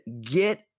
get